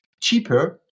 cheaper